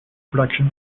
production